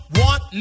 want